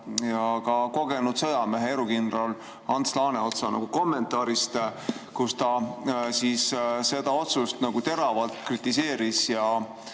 ja kogenud sõjamehe erukindral Ants Laaneotsa kommentaarist, kus ta seda otsust teravalt kritiseeris. Ja